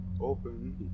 open